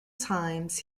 times